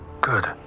Good